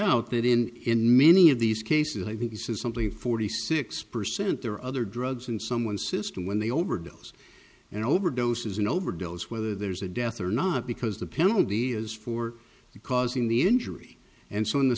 out that in in many of these cases i think it says something forty six percent there are other drugs and someone system when they overdose and overdoses and overdose whether there's a death or not because the penalty is for causing the injury and so in the